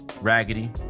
raggedy